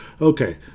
Okay